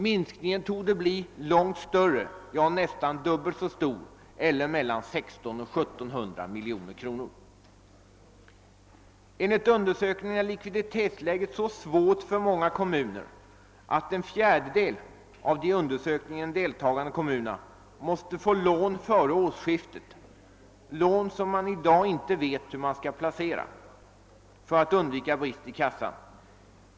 Minskningen torde bli långt större, ja, nästan dubbelt så stor eller 1 600—1 700 miljoner kronor. Enligt undersökningen är likviditetsläget så svårt för många kommuner att en fjärdedel av de i undersökningen deltagande kommunerna måste få lån före årsskiftet, lån som man i dag inte vet hur man skall placera för att undvika brist i kassan.